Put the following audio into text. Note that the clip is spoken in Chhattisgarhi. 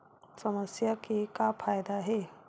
समस्या के का फ़ायदा हे?